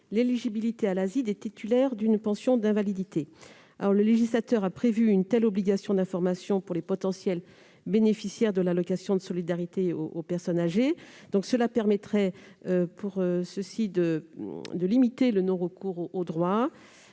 l'éligibilité à l'ASI des titulaires d'une pension d'invalidité. Le législateur a prévu une telle obligation d'information pour les potentiels bénéficiaires de l'allocation de solidarité aux personnes âgées. Cette nouvelle obligation permettrait de limiter le non-recours aux droits.